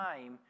time